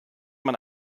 man